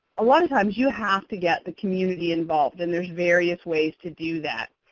a lot of times you have to get the community involved and there's various ways to do that.